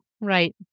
Right